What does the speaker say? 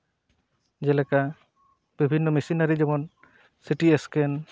ᱡᱮᱞᱮᱠᱟ ᱵᱤᱵᱷᱤᱱᱱᱚ ᱢᱤᱥᱤᱱᱟᱨᱤ ᱡᱮᱢᱚᱱ ᱥᱤᱴᱤ ᱮᱥᱠᱮᱱ